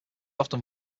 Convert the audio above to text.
often